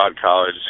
college